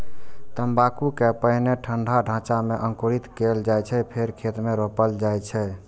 तंबाकू कें पहिने ठंढा ढांचा मे अंकुरित कैल जाइ छै, फेर खेत मे रोपल जाइ छै